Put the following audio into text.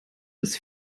ist